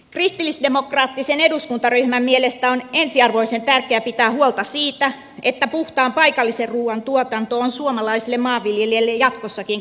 kristillisdemokraattisen eduskuntaryhmän mielestä on ensiarvoisen tärkeää pitää huolta siitä että puhtaan paikallisen ruuan tuotanto on suomalaiselle maanviljelijälle jatkossakin kannattavaa